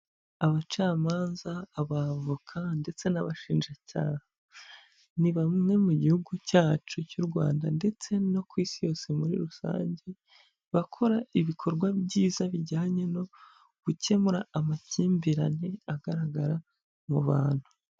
Abacamanza, abavoka ndetse n'abashinjacyaha ni bamwe mu gihugu cyacu cy'u Rwanda ndetse no ku isi yose muri rusange bakora ibikorwa byiza bijyanye no gukemura amakimbirane agaragara mu bantu.